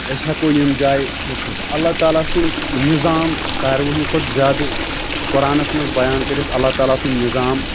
أسۍ ہٮ۪کو یِم جایہِ وٕچھِتھ اللہ تعالۍٰ سُنٛد نِظام ساروی ہنٛد کھۄتہٕ زیادٕ چھُ قۄرآنَس منٛز بَیان کٔرِتھ اللہ تعالیٰ سُنٛد نِظام